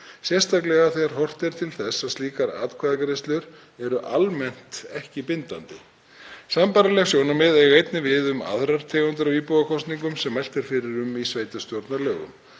sérstaklega þegar horft er til þess að slíkar atkvæðagreiðslur eru almennt ekki bindandi. Sambærileg sjónarmið eiga einnig við um aðrar tegundir af íbúakosningum sem mælt er fyrir um í sveitarstjórnarlögum.